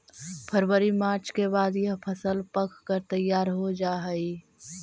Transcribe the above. फरवरी मार्च के बाद यह फसल पक कर तैयार हो जा हई